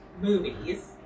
movies